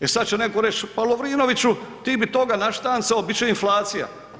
E sada će neko reći pa Lovrinoviću ti bi toga naštancao, bit će inflacija.